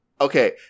okay